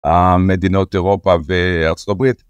המדינות אירופה וארה״ב.